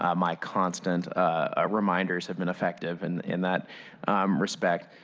um my constant ah reminders have been effective and in that respect.